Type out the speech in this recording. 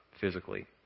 physically